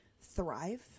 thrive